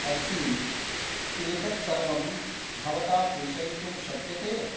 अस्ति एतत् सर्वं भवता प्रेषयितुं शक्यते